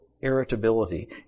irritability